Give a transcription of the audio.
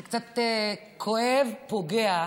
זה קצת כואב, פוגע,